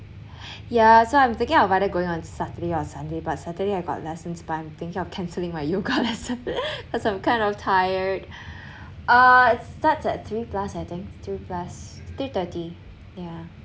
yeah so I'm thinking of either going on saturday or sunday but saturday I got lessons but I'm thinking of cancelling my yoga lesson cause I'm kind of tired uh it starts at three plus I think three plus three thirty ya